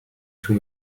too